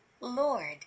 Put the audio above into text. Lord